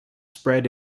spread